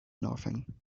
nothing